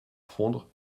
fondre